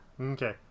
Okay